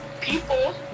people